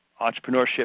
entrepreneurship